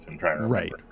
Right